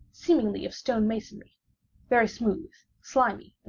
seemingly of stone masonry very smooth, slimy,